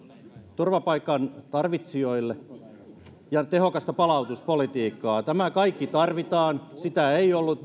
turvapaikan tarvitsijoille ja tehokasta palautuspolitiikkaa nämä kaikki tarvitaan niitä ei ollut